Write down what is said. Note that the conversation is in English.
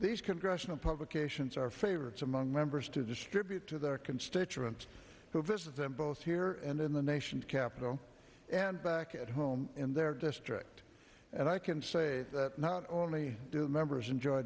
these congressional publications are favorites among members to distribute to their constituents who visit them both here and in the nation's capital and back at home in their district and i can say that not only do members enjoy